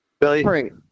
Billy